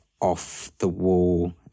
off-the-wall